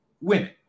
Women